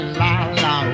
la-la